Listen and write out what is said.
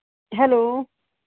hello